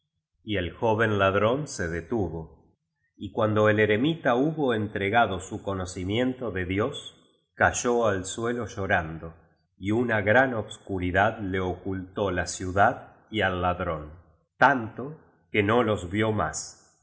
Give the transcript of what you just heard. y el joven ladrón se detuvo y cuando el eremita hubo entregado su conocimiento de dios cayó al suelo llorando y una gran obscuridad le ocultó la ciudad y al ladrón tanto que no los vió más